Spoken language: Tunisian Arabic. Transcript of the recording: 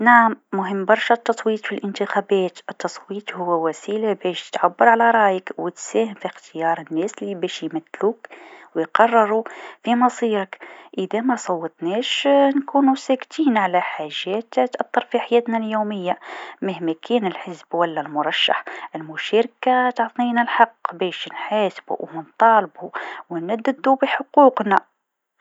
نعم مهم برشا التصويت في الإنتخابات، التصويت هو وسيله باش تعير على رايك و تساهم في إختيار الناس لباش يمثلوك و يقررو في مصيرك، إذا مصوتناش نكونو ساكتين على حاجات تأثر في حياتنا اليوميه، مهما كان الحزب و لا المرشح المشاركه تعطينا الحق باش نحاسبو و نطالبو و نددو بحقوقنا.